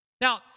Now